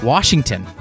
Washington